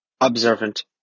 observant